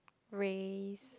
race